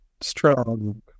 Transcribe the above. Strong